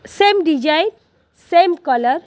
same design same colour